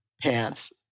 pants